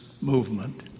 movement